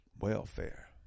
welfare